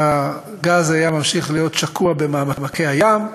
והגז היה ממשיך להיות שקוע במעמקי הים.